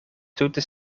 tute